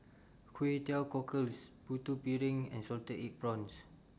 Kway Teow Cockles Putu Piring and Salted Egg Prawns